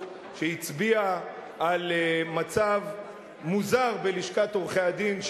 שהצביעה על מצב מוזר בלשכת עורכי-הדין,